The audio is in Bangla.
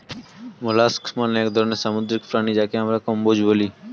মোলাস্কস মানে এক ধরনের সামুদ্রিক প্রাণী যাকে আমরা কম্বোজ বলি